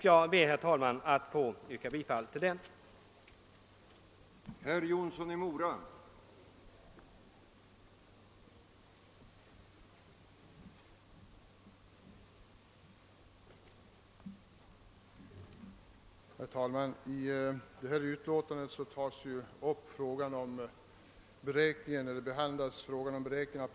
Jag ber, herr talman, att få yrka bifall till den nämnda reservationen.